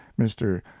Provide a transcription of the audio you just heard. Mr